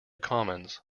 commons